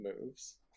moves